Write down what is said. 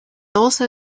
also